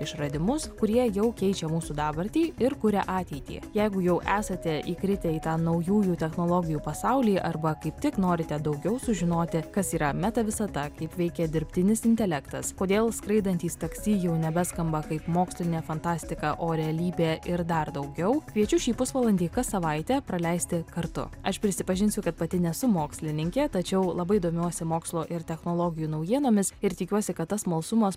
išradimus kurie jau keičia mūsų dabartį ir kuria ateitį jeigu jau esate įkritę į tą naujųjų technologijų pasaulį arba kaip tik norite daugiau sužinoti kas yra meta visata kaip veikia dirbtinis intelektas kodėl skraidantys taksi jau nebeskamba kaip mokslinė fantastika o realybė ir dar daugiau kviečiu šį pusvalandį kas savaitę praleisti kartu aš prisipažinsiu kad pati nesu mokslininkė tačiau labai domiuosi mokslo ir technologijų naujienomis ir tikiuosi kad tas smalsumas